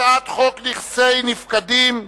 הצעת חוק נכסי נפקדים (תיקון,